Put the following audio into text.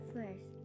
First